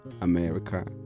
America